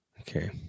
okay